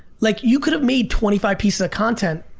like, you could've made twenty five pieces of content,